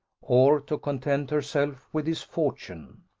or to content herself with his fortune.